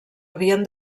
havien